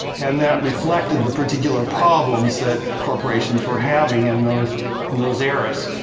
and that reflected the particular problems that corporations were having in those and those eras.